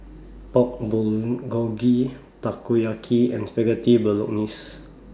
Pork Bulgogi Takoyaki and Spaghetti Bolognese